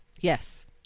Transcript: Yes